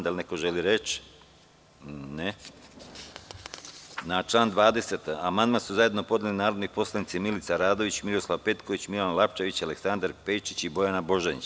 Da li neko želi reč? (Ne.) Na član 20. amandman su zajedno podneli narodni poslanici Milica Radović, Miroslav Petković, Milan Lapčević, Aleksandar Pejčić i Bojana Božanić.